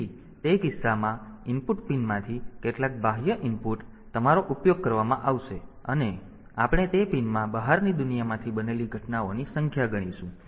તેથી તે કિસ્સામાં ઇનપુટ પિનમાંથી કેટલાક બાહ્ય ઇનપુટ તમારો ઉપયોગ કરવામાં આવશે અને આપણે તે પિનમાં બહારની દુનિયામાંથી બનેલી ઘટનાઓની સંખ્યા ગણીશું